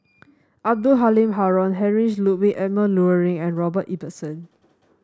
Abdul Halim Haron Heinrich Ludwig Emil Luering and Robert Ibbetson